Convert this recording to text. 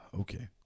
Okay